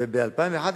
וב-2011,